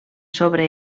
sobre